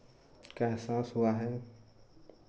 का एहसास हुआ है